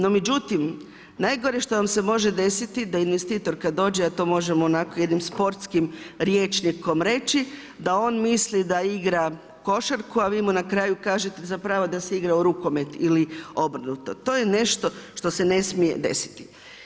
No međutim, najgore što vam se može desiti da investitor kada dođe a to možemo onako jednim sportskim rječnikom reći da on misli da igra košarku a vi mu na kraju kažete zapravo da se igrao rukomet ili obrnuto, to je nešto što se ne smije desiti.